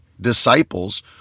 disciples